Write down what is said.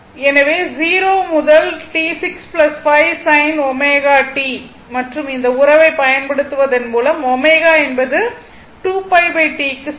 எனவே 0 முதல் T 6 5 sin ωt dt மற்றும் இந்த உறவைப் பயன்படுத்துவதன் மூலம் ω என்பது 2πT க்கு சமம்